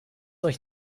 euch